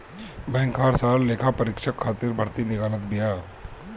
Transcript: bank हर साल लेखापरीक्षक खातिर भर्ती निकालत बिया